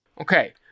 Okay